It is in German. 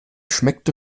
schmeckte